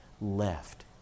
left